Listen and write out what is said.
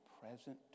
present